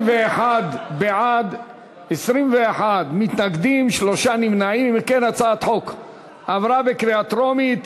שלילת תשלומים מתקציב המדינה עבור סטודנט משתמט),